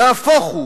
נהפוך הוא,